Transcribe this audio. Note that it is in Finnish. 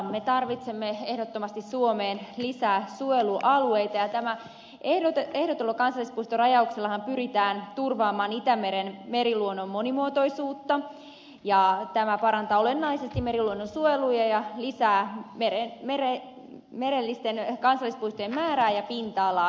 me tarvitsemme ehdottomasti suomeen lisää suojelualueita ja ehdotetulla kansallispuistorajauksellahan pyritään turvaamaan itämeren meriluonnon monimuotoisuutta ja tämä parantaa olennaisesti meriluonnon suojelua ja lisää merellisten kansallispuistojen määrää ja pinta alaa